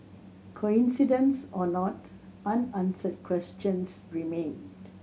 coincidence or not unanswered questions remain